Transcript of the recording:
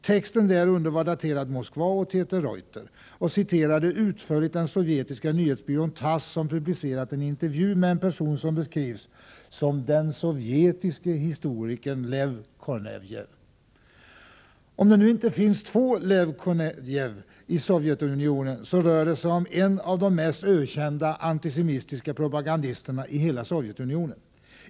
Texten därunder var daterad Moskva och citerade utförligt den sovjetiska nyhetsbyrån Tass, som publicerat en intervju med en person som beskrivs som ”den sovjetiske historikern Lev Kornejev'”. Om det inte finns två Lev Kornejev i Sovjetunionen rör det sig om en av de mest ökända antisemitiska propagandisterna i hela Sovjetunionen.